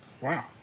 Wow